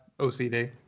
OCD